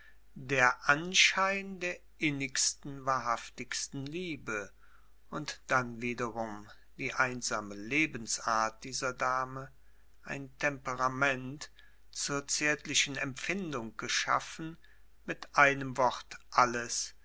der anschein der innigsten wahrhaftigsten liebe und dann wiederum die einsame lebensart dieser dame ein temperament zur zärtlichen empfindung geschaffen mit einem wort alles